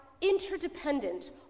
interdependent